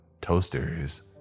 Toasters